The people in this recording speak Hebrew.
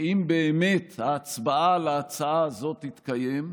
ואם באמת ההצבעה על ההצעה הזאת תתקיים,